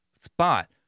spot